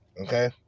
Okay